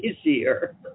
easier